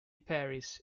paris